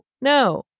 no